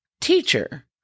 Teacher